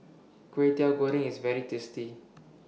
Kway Teow Goreng IS very tasty